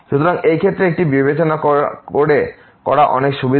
সুতরাং এই ক্ষেত্রে এটি বিবেচনা করা অনেক সুবিধাজনক এটি ∞∞ ফর্ম